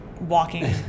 walking